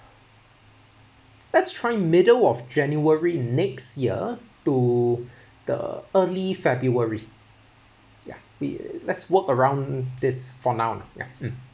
let's try middle of january next year to the early february ya we let's work around this for now ya mm